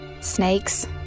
Snakes